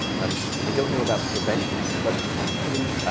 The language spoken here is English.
um i don't know about prevention, but possibly,